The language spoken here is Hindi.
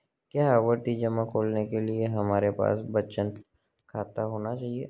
क्या आवर्ती जमा खोलने के लिए हमारे पास बचत खाता होना चाहिए?